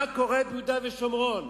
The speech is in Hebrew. של מה שקורה ביהודה ושומרון.